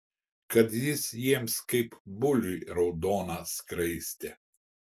kad jis jiems kaip buliui raudona skraistė